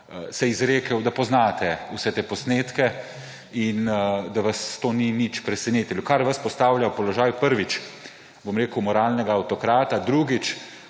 izrekli, da poznate vse te posnetke in da vas to ni nič presenetilo, kar vas postavlja v položaj, prvič, bom rekel, moralnega avtokrata, drugič,